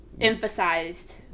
emphasized